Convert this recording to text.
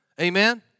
Amen